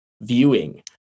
viewing